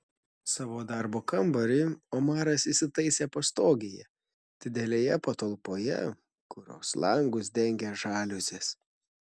savo darbo kambarį omaras įsitaisė pastogėje didelėje patalpoje kurios langus dengė žaliuzės